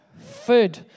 food